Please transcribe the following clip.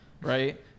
right